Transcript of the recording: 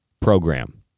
program